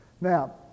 Now